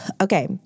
Okay